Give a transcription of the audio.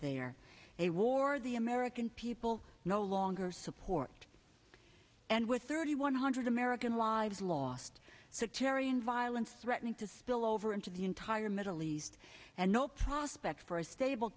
there a war the american people no longer support and with thirty one hundred american lives lost sectarian violence threatening to spill over into the entire middle east and no prospect for a stable